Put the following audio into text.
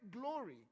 glory